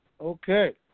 Okay